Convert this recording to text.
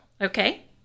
Okay